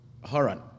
Haran